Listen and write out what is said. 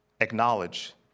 acknowledge